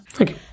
okay